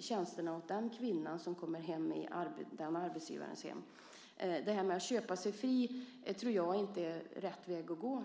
tjänsterna åt den kvinna som kommer till arbetsgivarens hem. Det här med att köpa sig fri tror jag inte är rätt väg att gå.